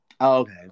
Okay